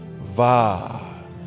va